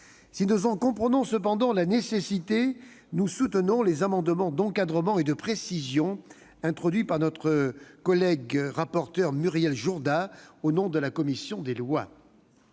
Si nous en comprenons cependant la nécessité, nous soutenons les amendements d'encadrement et de précision introduits par notre collègue Muriel Jourda, rapporteur pour avis de la commission des lois.